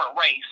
race